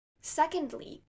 Secondly